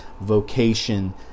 vocation